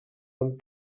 amb